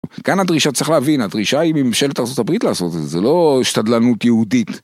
כאן הדרישה, צריך להבין הדרישה היא ממשלת ארה״ב לעשות את זה לא שתדלנות יהודית.